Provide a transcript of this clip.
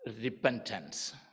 repentance